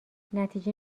نتیجه